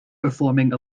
performing